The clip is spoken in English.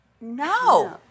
no